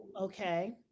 Okay